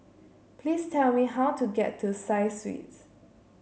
please tell me how to get to Side Suites